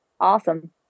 awesome